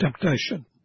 temptation